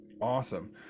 awesome